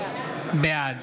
בעד